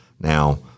Now